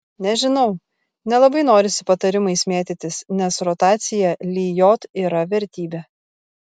nežinau nelabai norisi patarimais mėtytis nes rotacija lijot yra vertybė